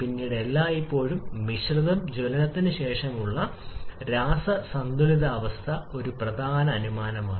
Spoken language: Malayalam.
പിന്നീട് എല്ലായ്പ്പോഴും മിശ്രിതം ജ്വലനത്തിനു ശേഷമുള്ള രാസ സന്തുലിതാവസ്ഥ ഒരു പ്രധാന അനുമാനമാണ്